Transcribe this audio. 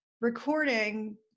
recording